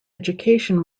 education